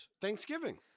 Thanksgiving